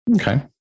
Okay